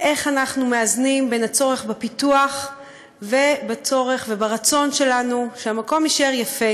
איך אנחנו מאזנים בין הצורך בפיתוח לצורך והרצון שלנו שהמקום יישאר יפה.